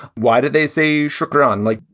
why did they say shukran, like,